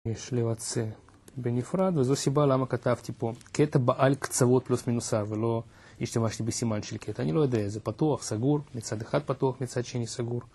יש לבצע בנפרד וזו סיבה למה כתבתי פה קטע בעל קצוות פלוס מינוסה ולא השתמשתי בסימן של קטע. אני לא יודע איזה פתוח סגור מצד אחד פתוח מצד שני סגור